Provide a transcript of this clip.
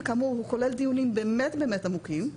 וכאמור הוא כולל דיונים באמת באמת עמוקים,